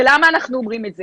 למה אנחנו אומרים את זה?